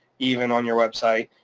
even on your website,